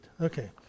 Okay